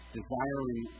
desiring